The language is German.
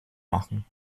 machen